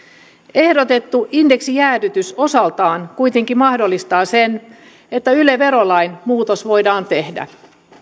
ehdotettu indeksijäädytys osaltaan kuitenkin mahdollistaa sen että yle verolain muutos voidaan tehdä